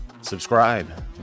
subscribe